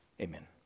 amen